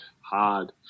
hard